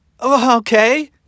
Okay